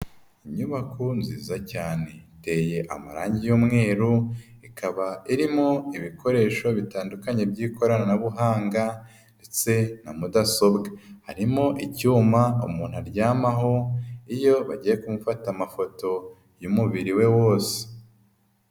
Inyubako nziza cyane. Iteye amarangi y'umweru, ikaba irimo ibikoresho bitandukanye by'ikoranabuhanga ndetse na mudasobwa, harimo icyuma umuntu aryamaho iyo bagiye kumufata amafoto y'umubiri we wose.